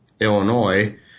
Illinois